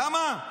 למה?